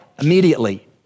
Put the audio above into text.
immediately